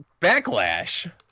backlash